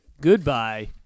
Goodbye